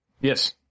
Yes